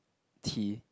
tea